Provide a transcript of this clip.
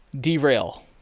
derail